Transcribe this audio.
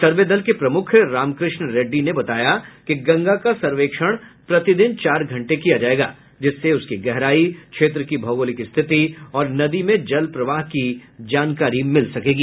सर्वे दल के प्रमुख रामाकृष्ण रेड्डी ने बताया कि गंगा का सर्वेक्षण प्रतिदिन चार घंटे किया जायेगा जिससे उसकी गहराई क्षेत्र की भौगोलिक स्थिति और नदी में जलप्रवाह की जानकारी मिलेगी